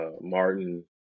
Martin